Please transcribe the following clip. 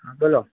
હા બોલો